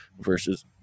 versus